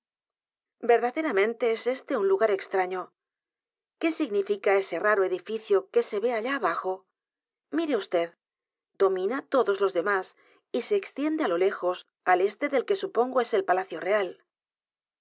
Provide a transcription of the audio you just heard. verdaderamente es éste un lugar extraño qué significa ese raro edificio que se ve allá abajo mire vd domina todos los demás y se extiende á lo lejos al este del que supongo es el palacio real